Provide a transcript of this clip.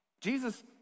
Jesus